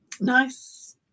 Nice